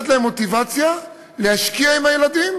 מוטיבציה, להשקיע בעבודה עם הילדים,